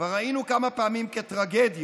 כבר ראינו כמה פעמים כטרגדיות,